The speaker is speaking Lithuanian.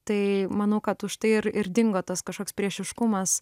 tai manau kad už tai ir ir dingo tas kažkoks priešiškumas